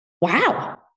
wow